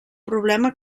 problema